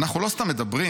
אנחנו לא סתם מדברים.